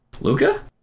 Luca